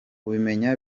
kubimenya